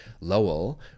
Lowell